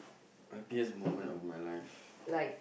happiest moment of my life